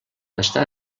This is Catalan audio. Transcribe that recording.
està